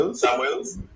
samuel's